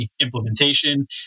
implementation